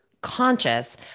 conscious